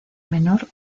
menor